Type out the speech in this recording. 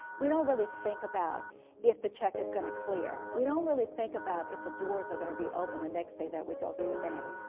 we don't really think about if the check is going to clear. we don't really think about if the doors are going to be open the next day that we go to bank.